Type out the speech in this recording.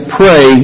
pray